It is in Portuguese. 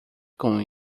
com